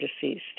deceased